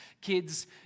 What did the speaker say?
kids